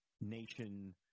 nation